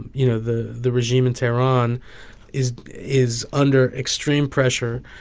you know, the the regime in tehran is is under extreme pressure,